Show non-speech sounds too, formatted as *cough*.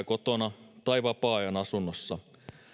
*unintelligible* kotona tai vapaa ajan asunnossa